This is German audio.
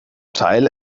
teil